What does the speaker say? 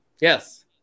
yes